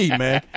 man